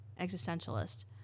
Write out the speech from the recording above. existentialist